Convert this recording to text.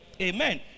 amen